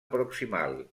proximal